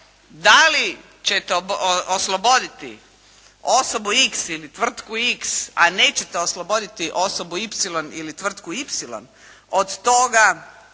da li ćete osloboditi osobu "x" ili tvrtku "x" ili nećete osloboditi osobu "y" ili tvrtku "y" od toga